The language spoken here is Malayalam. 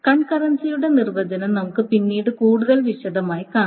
കൺകറൻസിയുടെ നിർവചനം നമുക്ക് പിന്നീട് കൂടുതൽ വിശദമായി കാണാം